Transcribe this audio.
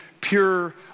pure